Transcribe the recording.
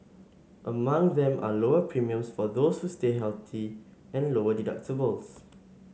among them are lower premiums for those who stay healthy and lower deductibles